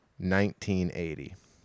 1980